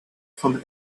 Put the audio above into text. from